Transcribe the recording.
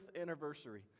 anniversary